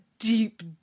Deep